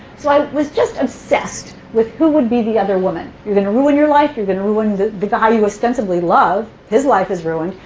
so i was just obsessed with who would be other woman? you're going to ruin your life. you're going to ruin the guy you ostensibly love, his life is ruined.